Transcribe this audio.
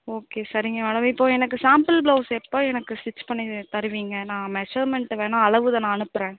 okay சரிங்க madam இப்போ எனக்கு சாம்பிள் ப்ளௌஸ் எப்போ எனக்கு ஸ்டிச் பண்ணித் த தருவிங்க நான் மெஷர்மென்ட்டு வேணா அளவு இதை நான் அனுப்புகிறேன்